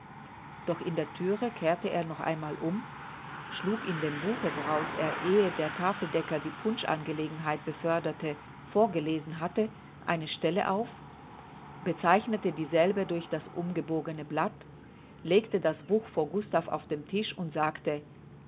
doch in der thüre kehrte er noch einmal um schlug in dem buche woraus er ehe der tafeldecker die punschangelegenheit beförderte vorgelesen hatte eine stelle auf bezeichnete dieselbe durch das umgebogene blatt legte das buch vor gustav auf den tisch und sagte